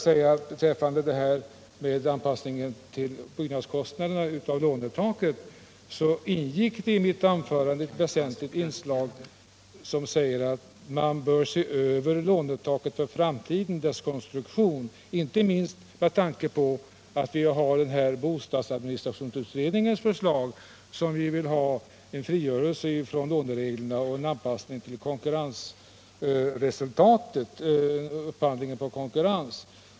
När det gäller frågan om anpassningen av lånetaket till byggnadskostnaderna vill jag bara säga att ett väsentligt inslag i mitt anförande var att man för framtiden bör se över lånetakets konstruktion, inte minst med tanke på bostadsadministrationsutredningens förslag, som innebär en frigörelse från lånereglerna och en anpassning till konkurrensresultatet, dvs. en upphandling genom konkurrens.